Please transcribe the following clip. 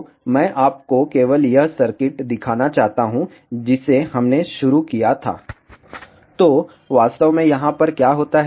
तो मैं आपको केवल यह सर्किट दिखाना चाहता हूं जिसे हमने शुरू किया था तो वास्तव में यहाँ पर क्या होता है